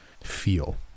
feel